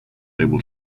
able